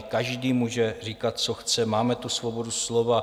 Každý může říkat, co chce, máme tu svobodu slova.